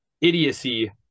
idiocy